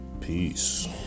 peace